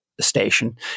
station